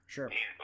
Sure